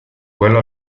quello